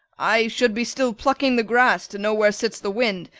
i should be still plucking the grass to know where sits the wind,